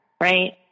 Right